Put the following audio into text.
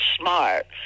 smart